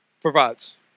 provides